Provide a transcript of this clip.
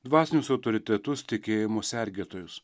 dvasinius autoritetus tikėjimo sergėtojus